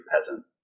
peasant